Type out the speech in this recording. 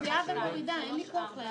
על סעיף 39 לא נתקבלה.